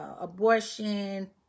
abortion